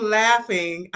laughing